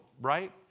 right